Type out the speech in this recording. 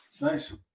Nice